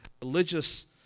religious